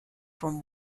from